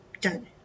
done